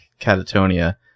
catatonia